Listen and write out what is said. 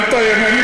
אל תאיים,